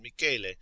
michele